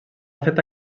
feta